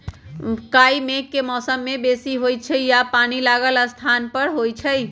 काई मेघ के मौसम में बेशी होइ छइ आऽ पानि लागल स्थान पर होइ छइ